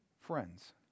friends